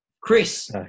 Chris